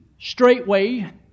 straightway